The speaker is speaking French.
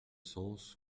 sens